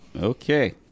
Okay